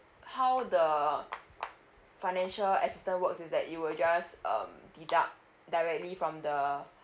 how the financial assistance works is that you will just um deduct directly from the